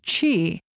Chi